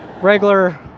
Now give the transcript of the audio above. Regular